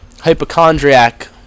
hypochondriac